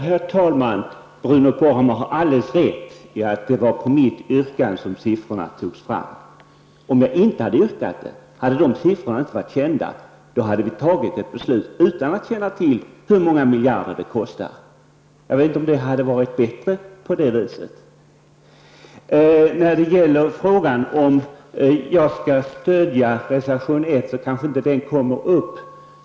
Herr talman! Bruno Poromaa har alldeles rätt i att det var på mitt yrkande som siffrorna togs fram. Om jag inte hade yrkat det, hade siffrorna inte varit kända, och då hade vi fattat beslut utan att känna till hur många miljarder det kostar. Jag vet inte om det hade varit bättre på det viset. Frågan om jag skall stödja reservation 1 kanske inte kommer upp.